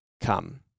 come